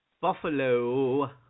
Buffalo